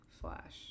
Flash